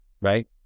right